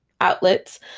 outlets